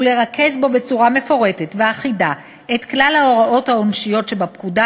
ולרכז בו בצורה מפורטת ואחידה את כלל ההוראות העונשיות שבפקודה,